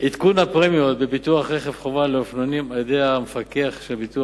עדכון הפרמיות בביטוח רכב חובה לאופנועים על-ידי המפקח על הביטוח